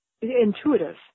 intuitive